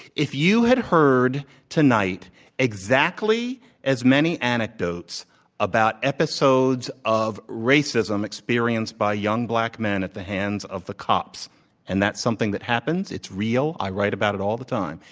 if you had heard tonight exactly as many anecdotes about episodes of racism experienced by young black men at the hands of the cops and that's something that happens. it's real. i write about it all the time.